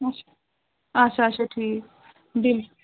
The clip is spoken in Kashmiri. اَچھا اَچھا اَچھا ٹھیٖک بیٚیہِ